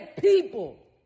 people